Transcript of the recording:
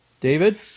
David